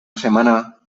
semana